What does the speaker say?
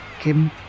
Kim